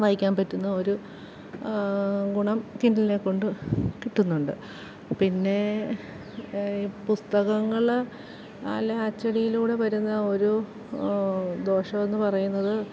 വായിക്കാൻ പറ്റുന്ന ഒരു ഗുണം കിൻഡലിനെക്കൊണ്ട് കിട്ടുന്നുണ്ട് പിന്നെ പുസ്തകങ്ങള് അല്ല അച്ചടിയിലൂടെ വരുന്ന ഒരു ദോഷമെന്ന് പറയുന്നത്